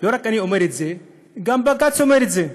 לא רק אני אומר את זה, גם בג"ץ אומר את זה,